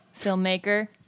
filmmaker